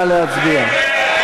נא להצביע.